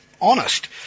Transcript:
honest